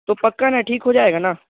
تو پکا نا ٹھیک ہو جائے گا نا